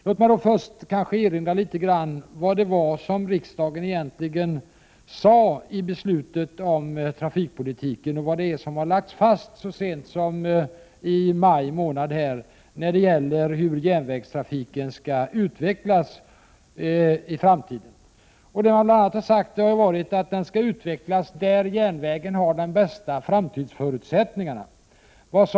Låt mig först erinra om vad det var som riksdagen egentligen sade i beslutet om trafikpolitiken och vad som lades fast så sent som i maj månad när det gäller hur järnvägstrafiken skall utvecklas i framtiden. Det var bl.a. att järnvägen skall utvecklas där den har de bästa framtidsförutsättningarna.